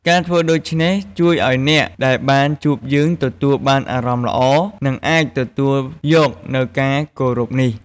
ការធ្វើដូច្នេះជួយឲ្យអ្នកដែលបានជួបយើងទទួលបានអារម្មណ៍ល្អ និងអាចទទួលយកនូវការគោរពនេះ។